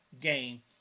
game